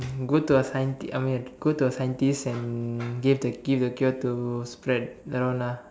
go to a scienti I mean go to a scientist and give the give the cure to spread around ah